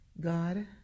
God